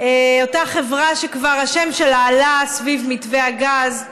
אותה חברה שהשם שלה כבר עלה סביב מתווה הגז,